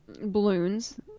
balloons